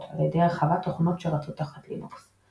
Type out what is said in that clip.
על ידי הרחבת תוכנות שרצות תחת לינוקס.